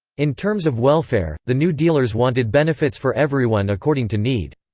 in terms of welfare, the new dealers wanted benefits for everyone according to need.